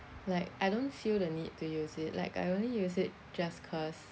like I don't feel the need to use it like I only use it just cause